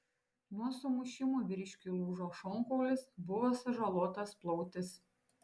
nuo sumušimų vyriškiui lūžo šonkaulis buvo sužalotas plautis